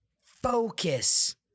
focus